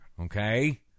okay